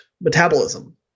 metabolism